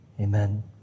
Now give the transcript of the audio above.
Amen